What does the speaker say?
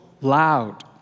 loud